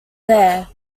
there